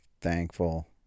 thankful